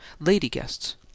lady-guests